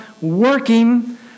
working